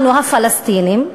הפלסטינים,